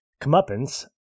comeuppance